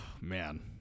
man